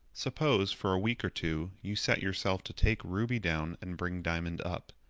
suppose, for a week or two, you set yourself to take ruby down and bring diamond up.